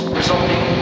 resulting